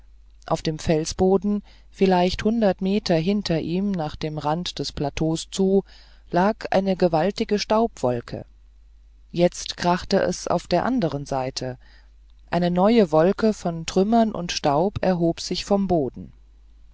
auf dem felsboden vielleicht hundert meter hinter ihm nach dem rand des plateaus zu lag eine gewaltige staubwolke jetzt krachte es auf der anderen seite eine neue wolke von trümmern und staub erhob sich vom boden